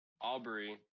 Aubrey